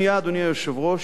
אדוני היושב-ראש,